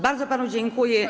Bardzo panu dziękuję.